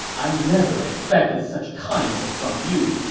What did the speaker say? i never expected such kindness from you!